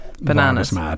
bananas